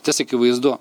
tas akivaizdu